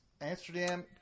Amsterdam